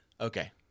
okay